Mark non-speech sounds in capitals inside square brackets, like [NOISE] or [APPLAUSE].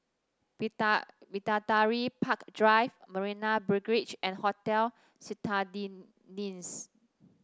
[UNINTELLIGIBLE] Bidadari Park Drive Marina Barrage and Hotel [UNINTELLIGIBLE]